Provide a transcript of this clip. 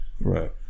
Right